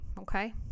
okay